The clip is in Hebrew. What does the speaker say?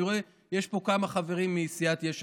אני רואה שיש פה כמה חברים מסיעת יש עתיד.